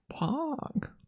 Pog